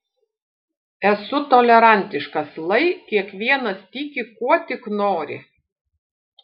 esu tolerantiškas lai kiekvienas tiki kuo tik nori